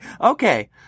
okay